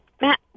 Matt